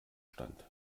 stand